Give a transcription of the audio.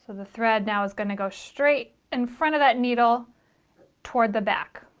the thread now is gonna go straight in front of that needle toward the back.